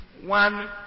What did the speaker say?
one